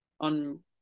on